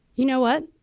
you know what,